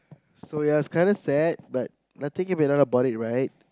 so yes kinda sad but nothing you can learn about it right